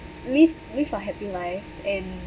live live a happy life and